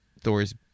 Thor's